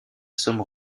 somme